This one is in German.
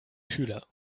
schüler